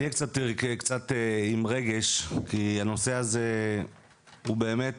אני אהיה קצת עם רגש כי הנושא הזה הוא באמת